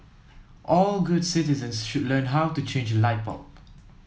all good citizens should learn how to change a light bulb